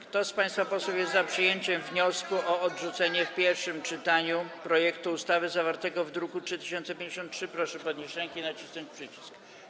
Kto z państwa posłów jest za przyjęciem wniosku o odrzucenie w pierwszym czytaniu projektu ustawy zawartego w druku nr 3053, proszę podnieść rękę i nacisnąć przycisk.